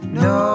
no